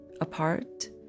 apart